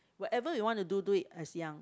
whatever you want to do do it as young